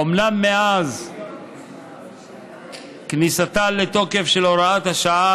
אומנם מאז כניסתה לתוקף של הוראת השעה